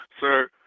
Sir